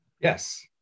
Yes